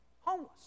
homeless